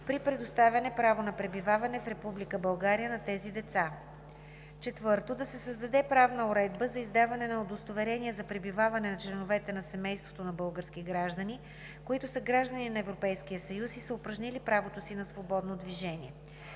при предоставяне право на пребиваване в Република България на тези деца. 4. Да се създаде правна уредба за издаване на удостоверения за пребиваване на членовете на семейството на български граждани, които са граждани на Европейския съюз и са упражнили правото си на свободно движение.